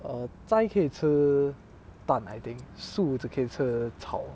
err 斋可以吃蛋 I think 素只可以吃草